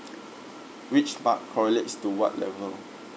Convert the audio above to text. which part correlates to what level